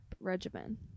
regimen